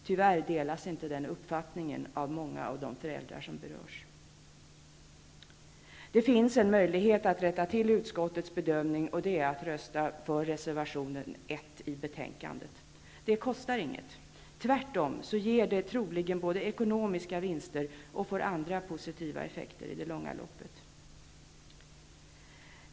Tyvärr delas inte den uppfattningen av många av de föräldrar som berörs. Det finns en möjlighet att rätta till utskottets bedömning, och det är genom att rösta för reservation 1 i betänkandet. Det kostar inget. Tvärtom ger det troligen både ekonomiska vinster och andra positiva effekter i det långa loppet.